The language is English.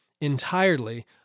entirely